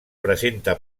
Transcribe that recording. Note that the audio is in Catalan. presenta